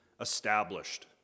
established